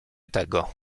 tego